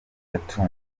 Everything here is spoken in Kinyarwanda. tatum